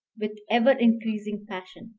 with ever-increasing passion.